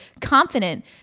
confident